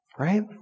right